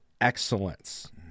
excellence